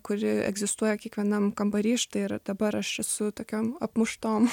kuri egzistuoja kiekvienam kambary štai ir dabar aš su tokiom apmuštom